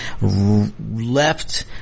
left